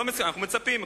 לא מסכימים, אנחנו מצפים.